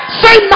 say